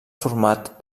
format